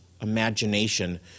imagination